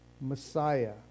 Messiah